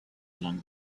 along